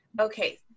Okay